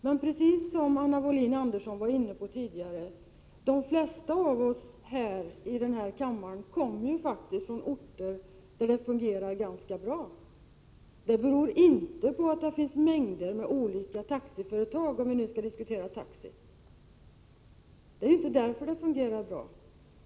Men precis som Anna Wohlin-Andersson var inne på tidigare: De flesta av oss i den här kammaren kommer från orter där trafiken fungerar ganska bra. Det beror inte på att det finns mängder med olika taxiföretag, om vi nu skall diskutera taxi.